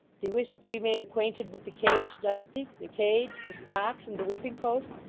thee wish to be made acquainted with the cage, dost thee the cage, the stocks, and the whipping-post?